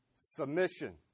submission